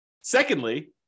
secondly